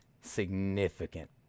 significant